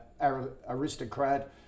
Aristocrat